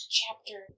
chapter